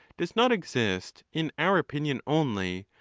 does not exist in our opinion only,